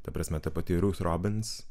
ta prasme ta pati rus robins